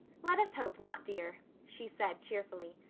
let us hope not, dear, she said cheerfully.